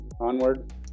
onward